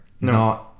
no